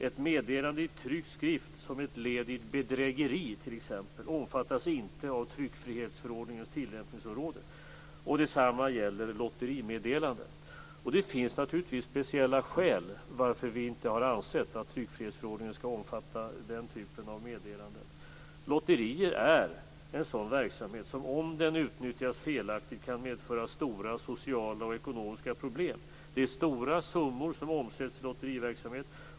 Ett meddelande i tryckt skrift som ett led i ett bedrägeri omfattas t.ex. Det finns naturligtvis speciella skäl till att vi inte har ansett att tryckfrihetsförordningen skall omfatta den typen av meddelanden. Lotterier är en sådan verksamhet som kan medföra stora sociala och ekonomiska problem om den utnyttjas felaktigt. Det är stora summor som omsätts i lotteriverksamhet.